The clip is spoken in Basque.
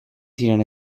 ziren